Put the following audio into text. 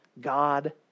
God